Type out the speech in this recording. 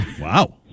wow